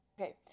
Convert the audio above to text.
okay